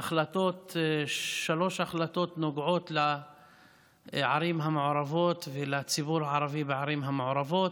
שלוש החלטות שנוגעות לערים המעורבות ולציבור הערבי בערים המעורבות,